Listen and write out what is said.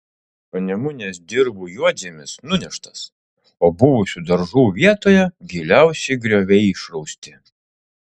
panemunės dirvų juodžemis nuneštas o buvusių daržų vietoje giliausi grioviai išrausti